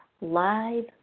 live